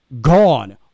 gone